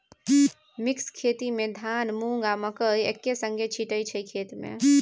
mix खेती मे धान, मुँग, आ मकय एक्के संगे छीटय छै खेत मे